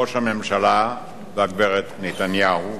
ראש הממשלה והגברת נתניהו,